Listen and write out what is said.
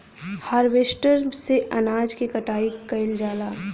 harvester से अनाज के कटाई कइल जाला